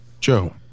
Joe